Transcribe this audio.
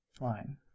line